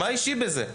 מה אישי בזה?